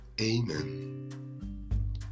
Amen